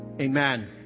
Amen